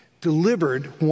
delivered